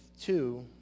two